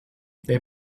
they